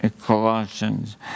Colossians